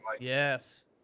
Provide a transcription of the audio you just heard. Yes